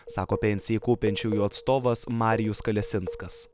sako pensijai kaupiančiųjų atstovas marijus kalesinskas